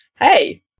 hey